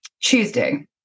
Tuesday